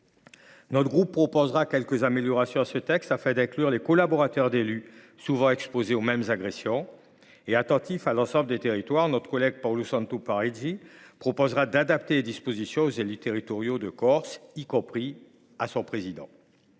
Notre groupe proposera plusieurs améliorations à ce texte afin d’inclure les collaborateurs d’élus, souvent exposés aux mêmes agressions que ces derniers. Nous sommes attentifs à l’ensemble des territoires, et notre collègue Paulu Santu Parigi proposera d’adapter ces dispositions aux élus territoriaux de Corse – y compris au président